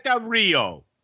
Rio